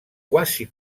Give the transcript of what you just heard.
quasi